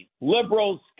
liberals